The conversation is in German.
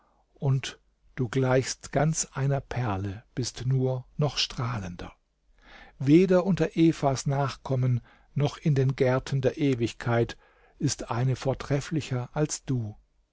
und du gleichst ganz einer perle bist nur noch strahlender weder unter evas nachkommen noch in den gärten der ewigkeit ist eine vortrefflicher als du